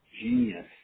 genius